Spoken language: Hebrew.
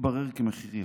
מתברר כמחיר יקר.